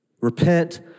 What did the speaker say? Repent